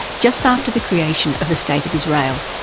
just after the creation of a state of israel.